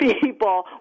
people